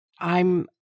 I'm